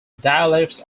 dialects